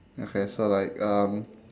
okay so like um